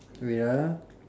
wait ah